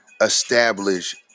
establish